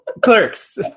Clerks